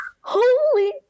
holy